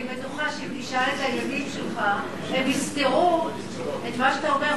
אם תשאל אותם הם יסתרו את מה שאתה אומר.